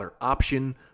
option